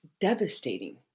devastating